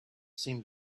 seemed